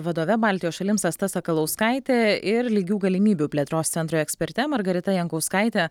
vadove baltijos šalims asta sakalauskaite ir lygių galimybių plėtros centro eksperte margarita jankauskaite